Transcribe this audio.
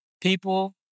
people